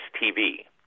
TV